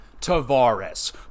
Tavares